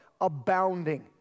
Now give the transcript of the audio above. abounding